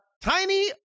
tiny